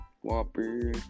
Whopper